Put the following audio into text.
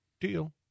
deal